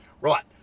Right